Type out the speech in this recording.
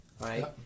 right